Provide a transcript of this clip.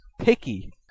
picky